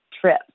trip